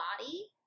body